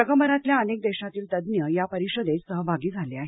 जगभरातल्या अनेक देशातील तज्ञ या परिषदेत सहभागी झाले आहेत